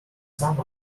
some